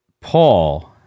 Paul